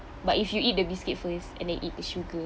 but if you eat the biscuit first and then eat the sugar